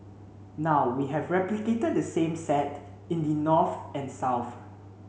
now we have replicated the same set in the north and south